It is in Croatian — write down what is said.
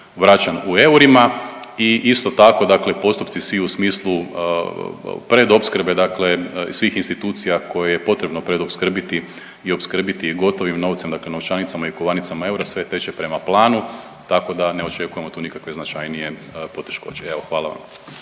vraćan u eurima i isto tako dakle postupci svi u smislu predopskrbe dakle svih institucija koje je potrebno predopskrbiti i opskrbiti gotovim novcem, dakle novčanicama i kovanicama eura sve teče prema planu. Tako da ne očekujemo tu nikakve značajnije poteškoće. Evo, hvala vam.